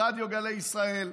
ברדיו גלי ישראל,